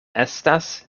estas